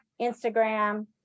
Instagram